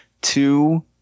Two